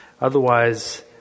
Otherwise